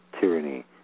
tyranny